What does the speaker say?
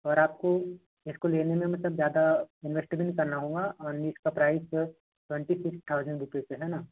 और आपको इसको लेने में मतलब ज़्यादा इन्वेस्ट भी नहीं करना होगा और ओन्ली इसका price twenty six thousand rupees है ना